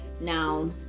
Now